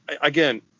again